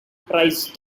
prize